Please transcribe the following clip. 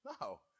No